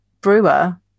brewer